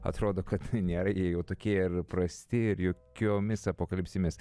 atrodo kad nėra jie jau tokie ir prasti ir jokiomis apokalipsėmis